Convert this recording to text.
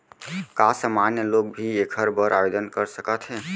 का सामान्य लोग भी एखर बर आवदेन कर सकत हे?